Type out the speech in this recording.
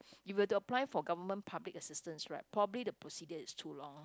if you were to apply for government public assistance right probably the procedure is too long